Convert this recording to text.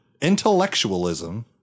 Intellectualism